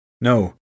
No